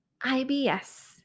IBS